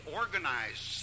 organized